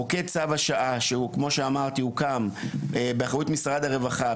מוקד צו השעה שהוקם באחריות משרד הרווחה,